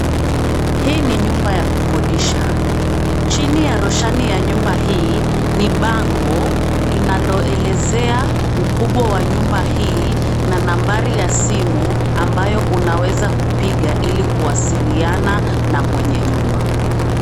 Hii ni nyuma ya kukodisha. Chini ya roshani ya nyumba hii ni bango inaloelezea ukubwa wa nyumba hii na nambari ya simu ambayo unaweza kupiga ili kuwasiliana na mwenye nyumba.